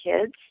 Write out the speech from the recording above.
kids